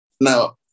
Now